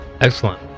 Excellent